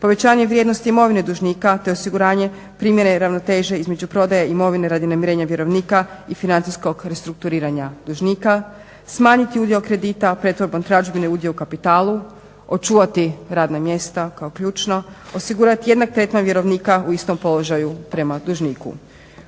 povećanje vrijednosti imovine dužnika te osiguranje primjera i ravnoteže između prodaje i imovine radi namirenja vjerovnika i financijskog restrukturiranja dužnika, smanjiti udio kredite pretvorbom tražbine udio u kapitalu, očuvati radna mjesta kao ključno, osigurati jednak tretman vjerovnika u istom položaju prema dužniku.